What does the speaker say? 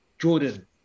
Jordan